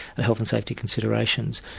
the health and safety considerations.